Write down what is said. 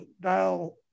dial